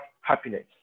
happiness